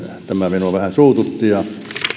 minua vähän suututti ja